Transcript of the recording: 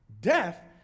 Death